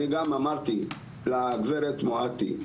אני גם אמרתי לגברת מואטי,